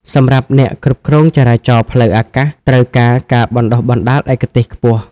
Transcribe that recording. សម្រាប់អ្នកគ្រប់គ្រងចរាចរណ៍ផ្លូវអាកាស ត្រូវការការបណ្ដុះបណ្ដាលឯកទេសខ្ពស់។